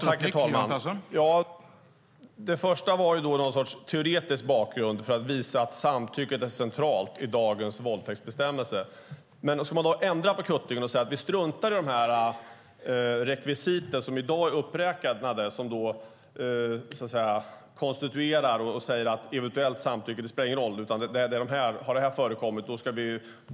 Herr talman! Det första var något slags teoretisk bakgrund för att visa att samtycket är centralt i dagens våldtäktsbestämmelser. Det innebär ju att man vänder på kuttingen och säger att man struntar i de rekvisit som i dag är uppräknade och som innebär att gärningsmannen ska dömas om något av dem har förekommit.